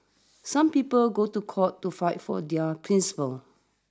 some people go to court to fight for their principles